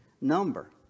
number